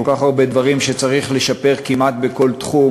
כל כך הרבה דברים שצריך לשפר כמעט בכל תחום,